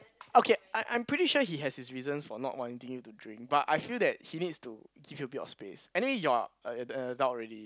okay I I'm pretty sure he has his reasons for not wanting you to drink but I feel that he needs to give you a bit of space anyway you're a a adult already